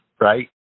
right